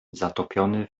zatopiony